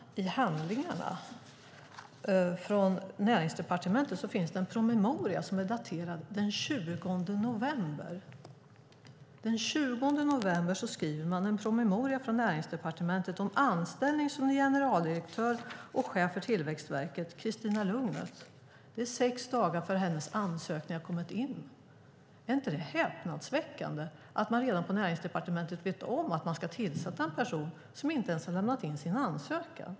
I handlingarna från Näringsdepartementet finns det en promemoria som är daterad den 20 november. Då skriver man en promemoria om anställning av Christina Lugnet som generaldirektör och chef för Tillväxtverket. Det är sex dagar innan hennes ansökan har kommit in. Är det inte häpnadsväckande att man på Näringsdepartementet vet att man ska tillsätta en person som inte ens har lämnat in sin ansökan?